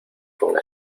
con